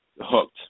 hooked